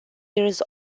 years